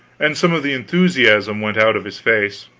and some of the enthusiasm went out of his face.